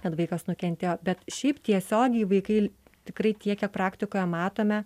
kad vaikas nukentėjo bet šiaip tiesiogiai vaikai tikrai tiek kiek praktikoje matome